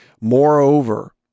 Moreover